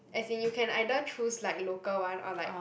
as in you can either choose like local one or like